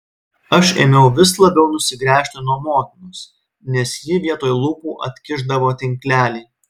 aš ėmiau vis labiau nusigręžti nuo motinos nes ji vietoj lūpų atkišdavo tinklelį